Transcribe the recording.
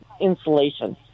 insulation